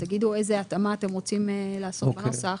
תגידו איזו התאמה אתם רוצים לעשות בנוסח.